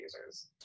users